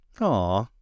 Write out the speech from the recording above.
Aw